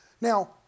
Now